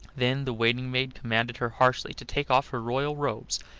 then the waiting-maid commanded her harshly to take off her royal robes,